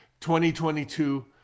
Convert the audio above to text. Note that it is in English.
2022